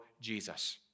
Jesus